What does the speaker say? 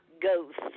Ghost